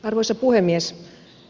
arvoisa puhemies